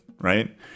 right